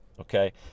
okay